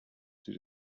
due